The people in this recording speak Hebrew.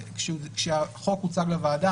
כשהחוק הוצג לוועדה,